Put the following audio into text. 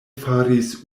faris